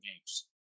games